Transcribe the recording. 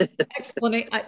explanation